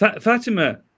Fatima